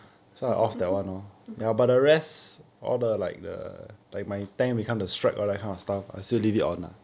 mm